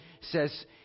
says